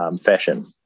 fashion